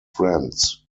friends